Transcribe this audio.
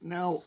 Now